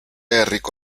herriko